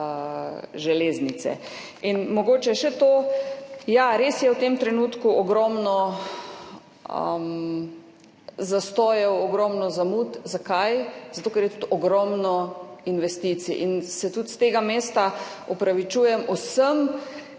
Mogoče še to. Ja, res je v tem trenutku ogromno zastojev, ogromno zamud. Zakaj? Zato, ker je tudi ogromno investicij in se tudi s tega mesta opravičujem vsem,